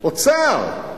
אוצר.